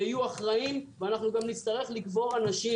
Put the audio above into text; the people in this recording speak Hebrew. ויהיו אחראים ואנחנו גם נצטרך לקבור אנשים.